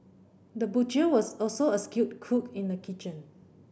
the butcher was also a skilled cook in the kitchen